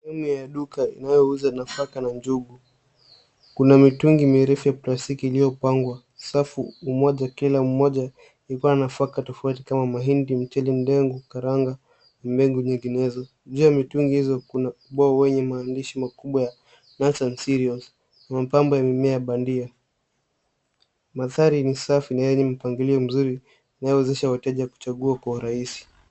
Sehemu ya duka inayouza nafaka n njugu. Kuna mitungi mirefu ya plastiki iliyopangwa safu kila mmoja ukiwa na nafaka tofauti kama mahindi, mchele, ndengu, karanga na mbegu nyinginezo. Juu ya mitungi hio kuna ubao wenye maandishi makubwa ya nuts and cereals na mapambo ya mimea bandia. Mandhari ni safi na yenye mpangilio mzuri inayowawezesha wateja kuchagua kwa urahisi.